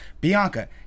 Bianca